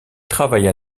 travailla